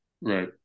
right